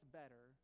better